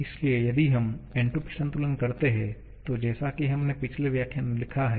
इसलिए यदि हम एंट्रॉपी संतुलन करते हैं तो जैसा कि हमने पिछले व्याख्यान में लिखा है